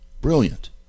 brilliant